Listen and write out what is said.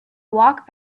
walked